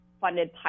funded